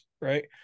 Right